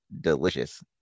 delicious